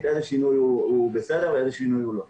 איזה שינוי הוא בסדר ואיזה שינוי הוא לא בסדר.